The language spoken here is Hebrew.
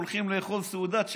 הולכים לאכול סעודת שבת,